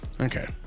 Okay